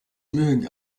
mögen